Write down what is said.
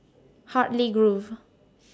Hartley Grove